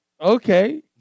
okay